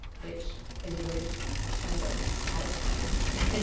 which is really kind of a satisfying experience.